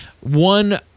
One